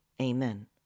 Amen